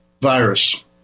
virus